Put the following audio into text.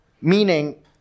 Meaning